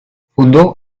fundó